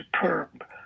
superb